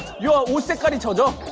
you're caught in so the